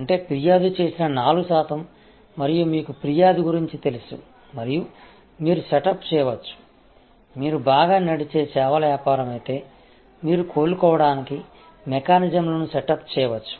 అంటే ఫిర్యాదు చేసిన 4 శాతం మరియు మీకు ఫిర్యాదు గురించి తెలుసు మరియు మీరు సెటప్ చేయవచ్చు మీరు బాగా నడిచే సేవల వ్యాపారం అయితే మీరు కోలుకోవడానికి మెకానిజమ్లను సెటప్ చేయవచ్చు